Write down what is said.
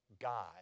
God